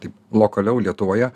taip lokaliau lietuvoje